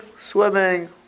swimming